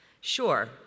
Sure